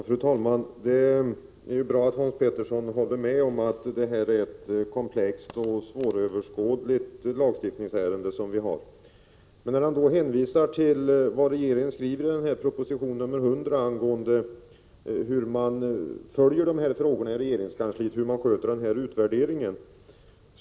Fru talman! Det är bra att Hans Pettersson i Helsingborg håller med om att det är ett komplext och svåröverskådligt lagstiftningsärende vi har att behandla. Hans Pettersson hänvisar till vad regeringen skriver i proposition nr 100 om hur man följer frågorna i regeringskansliet och hur man sköter utvärderingen.